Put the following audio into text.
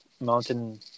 Mountain